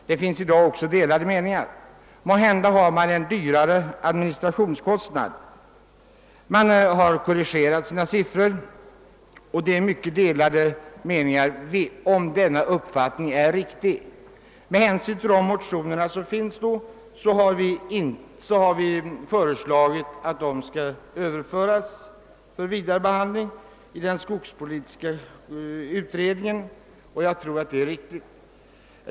Det råder i dag delade meningar härom. Måhända har domänverket större administrationskostnader. De uppgivna siffrorna har sedermera blivit korrigerade, men det råder som sagt mycket delade meningar härvidlag. Vi reservanter har föreslagit att de motioner som väckts i detta ärende skall överföras till skogspolitiska utredningen för vidare behandling, och jag tror att det skulle vara en riktig åtgärd.